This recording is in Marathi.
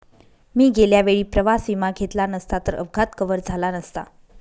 मी गेल्या वेळी प्रवास विमा घेतला नसता तर अपघात कव्हर झाला नसता